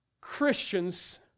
Christians